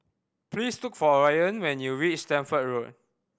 please look for Orion when you reach Stamford Road